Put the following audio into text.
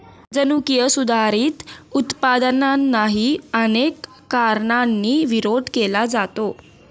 जनुकीय सुधारित उत्पादनांनाही अनेक कारणांनी विरोध केला जातो